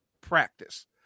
Practice